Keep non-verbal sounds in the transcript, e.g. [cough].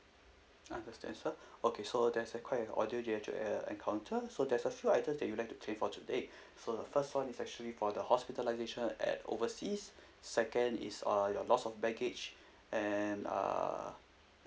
understand sir [breath] okay so that's a quite an ordeal you actually uh encounter so there's a few items that you like to claim for today [breath] so the first one is actually for the hospitalisation at overseas second is uh your loss of baggage and uh